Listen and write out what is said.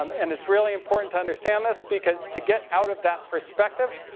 um and it's really important to understand this. because to get out of that perspective,